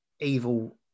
evil